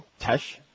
Tesh